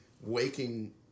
waking